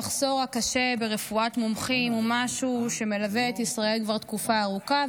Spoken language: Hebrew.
המחסור הקשה ברפואת מומחים הוא משהו שמלווה את ישראל כבר תקופה ארוכה,